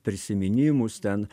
prisiminimus ten